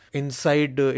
inside